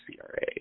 CRA